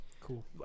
Cool